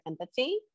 empathy